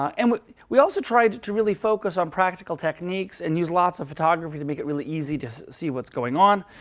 um and we also tried to to really focus on practical techniques and use lots of photography to make it really easy to see what's going on.